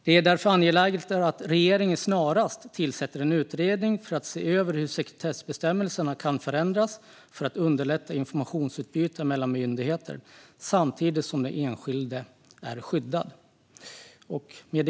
Det är därför angeläget att regeringen snarast tillsätter en utredning för att se över hur sekretessbestämmelserna kan förändras för att underlätta informationsutbyte mellan myndigheter samtidigt som den enskilde är skyddad.